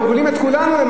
מה זה כל כך מעניין אותו?